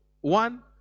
one